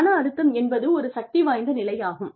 மன அழுத்தம் என்பது ஒரு சக்தி வாய்ந்த நிலை ஆகும்